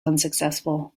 unsuccessful